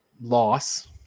loss